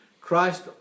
Christ